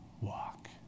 walk